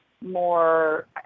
more